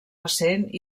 recent